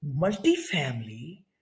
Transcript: multifamily